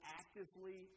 actively